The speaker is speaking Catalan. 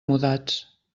mudats